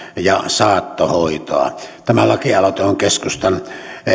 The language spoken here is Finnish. ja saattohoitoa tämä lakialoite on keskustan